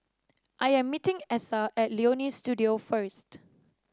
I am meeting Essa at Leonie Studio first